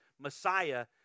Messiah